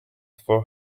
for